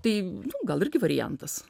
tai gal irgi variantas